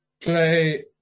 play